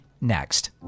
next